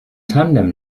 tandem